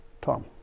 Tom